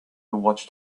watched